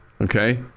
okay